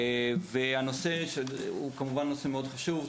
הנושא הוא כמובן נושא מאוד חשוב.